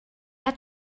had